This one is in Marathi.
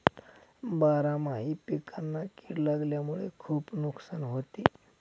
बारामाही पिकांना कीड लागल्यामुळे खुप नुकसान होते